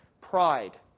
Pride